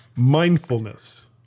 mindfulness